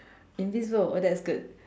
invisible oh that's good